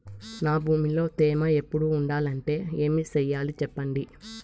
నా భూమిలో తేమ ఎప్పుడు ఉండాలంటే ఏమి సెయ్యాలి చెప్పండి?